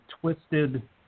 twisted